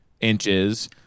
inches